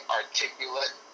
articulate